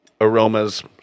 aromas